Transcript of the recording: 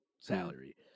Salary